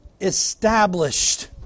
established